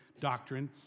doctrine